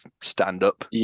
stand-up